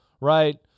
right